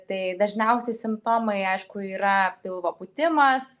tai dažniausi simptomai aišku yra pilvo pūtimas